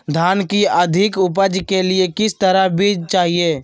धान की अधिक उपज के लिए किस तरह बीज चाहिए?